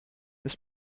ist